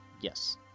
Yes